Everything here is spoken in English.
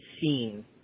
seen